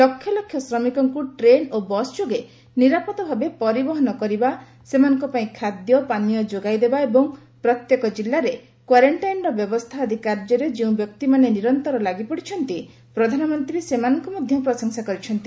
ଲକ୍ଷଲକ୍ଷ ଶ୍ରମିକଙ୍କୁ ଟ୍ରେନ୍ ଓ ବସ୍ ଯୋଗେ ନିରାପଦ ଭାବେ ପରିବହନ କରିବା ସେମାନଙ୍କ ପାଇଁ ଖାଦ୍ୟ ପାନୀୟଯୋଗାଇଦେବା ଏବଂ ପ୍ରତ୍ୟେକ ଜିଲ୍ଲାରେ କ୍ୱାରେଂଟାଇନର ବ୍ୟବସ୍ଥା ଆଦି କାର୍ଯ୍ୟରେ ଯେଉଁ ବ୍ୟକ୍ତିମାନେ ନିରନ୍ତର ଲାଗିପଡ଼ିଛନ୍ତି ପ୍ରଧାନମନ୍ତ୍ରୀ ସେମାନଙ୍କୁ ମଧ୍ୟ ପ୍ରଶଂସା କରିଛନ୍ତି